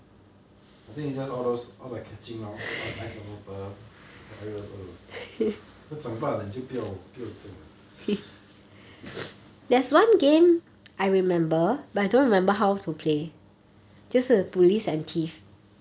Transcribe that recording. I think is just all those all the catching lor all the ice and water virus all those 长大了就就不要这样了